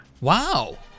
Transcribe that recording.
Wow